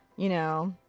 you know.